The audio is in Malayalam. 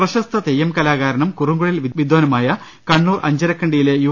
പ്രശസ്ത തെയ്യം കലാകാരനും കുറുങ്കുഴൽ വിദ്വാനുമായ കണ്ണൂർ അഞ്ചരക്കണ്ടിയിലെ യു